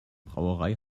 brauerei